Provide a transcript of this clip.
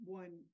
one